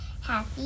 Happy